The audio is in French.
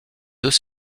deux